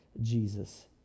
jesus